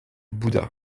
bouddha